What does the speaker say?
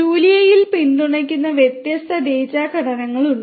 ജൂലിയയിൽ പിന്തുണയ്ക്കുന്ന വ്യത്യസ്ത ഡാറ്റാ ഘടനകളുണ്ട്